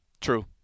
True